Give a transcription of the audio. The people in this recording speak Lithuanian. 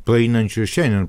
praeinančių ir šiandien